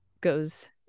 goes